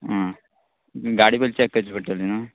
आ गाडी पयली चॅक करची पडटली न्हू